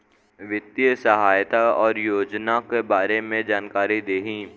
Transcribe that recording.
वित्तीय सहायता और योजना के बारे में जानकारी देही?